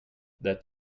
that